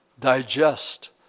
digest